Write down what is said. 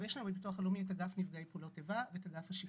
יש בביטוח הלאומי את אגף נפגעי פעולות איבה ואת אגף השיקום.